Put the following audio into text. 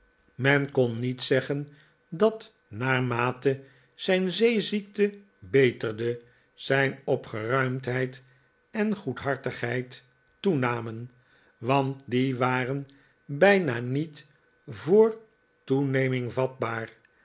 meh kon niet zeggen dat naarmate zijn zeeziekte beterde zijn opgeruimdheid en goedhartigheid toenamen want die waren bijna niet voor toeneming vatbaar